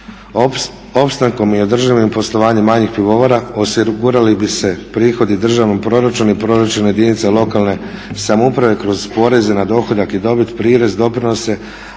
Opstankom i održivim poslovanjem manjih pivovara osigurali bi se prihodi u državnom proračunu i proračunu jedinica lokalne samouprave kroz poreze na dohodak i dobit, prirez doprinose.